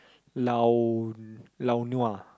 lao lao nua